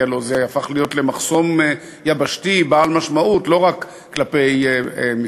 כי הלוא זה הפך להיות מחסום יבשתי בעל משמעות לא רק כלפי מבקשי